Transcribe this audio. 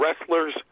Wrestlers